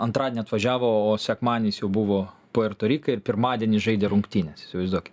antradienį atvažiavo o sekmadienį jis jau buvo puerto rike ir pirmadienį žaidė rungtynes įsivaizduok